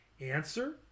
Answer